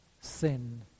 sin